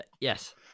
Yes